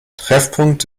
treffpunkt